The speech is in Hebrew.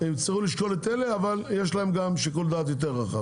הם יצטרכו לשקול את אלה אבל יש להם גם שיקול דעת יותר רחב.